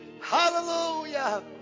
Hallelujah